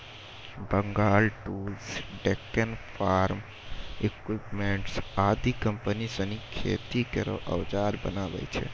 Bengal tools, Deccan farm equipments आदि company सिनी खेती केरो औजार बनावै छै